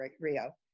rio